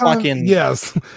yes